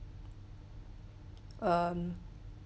um